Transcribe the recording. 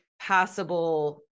passable